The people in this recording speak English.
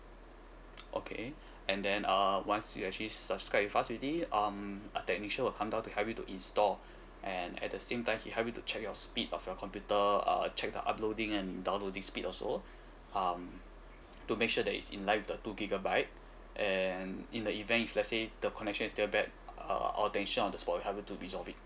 okay and then uh once you actually subscribe with us already um our technician will come down to help you to install and at the same time he will help you to check your speed of your computer uh check the uploading and downloading speed also um to make sure that is in line with the two gigabyte and in the event if let's say the connection is still bad uh our technician on the spot will help you to resolve it